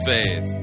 Faith